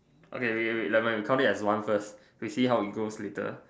okay wait wait wait never mind we count it as one first we see how it goes later